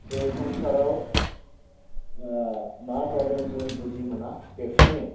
जे संसाराव मा जादों जों बुजिमोना बेखायनो